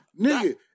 nigga